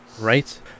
right